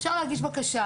אפשר להגיש בקשה.